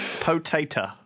Potato